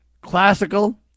classical